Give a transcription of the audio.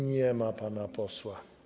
Nie ma pana posła.